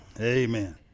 Amen